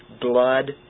blood